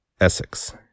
essex